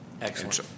excellent